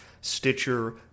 Stitcher